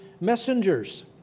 messengers